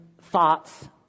thoughts